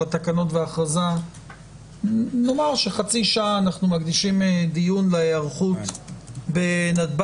התקנות וההכרזה נאמר שחצי שעה אנחנו מקדישים לדיון בהיערכות בנתב"ג.